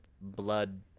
blood